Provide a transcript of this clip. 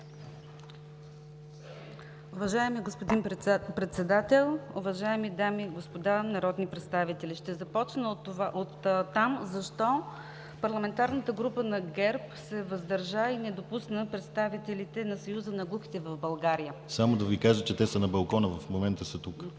Уважаеми господин Председател, уважаеми дами и господа народни представители! Ще започна оттам – защо парламентарната група на ГЕРБ се въздържа и не допусна представителите на Съюза на глухите в България… ПРЕДСЕДАТЕЛ ДИМИТЪР ГЛАВЧЕВ: Само да Ви кажа, че те са на балкона, в момента са тук.